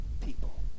people